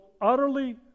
utterly